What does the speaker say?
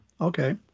Okay